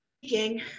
speaking